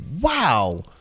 wow